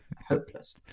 hopeless